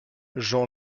jean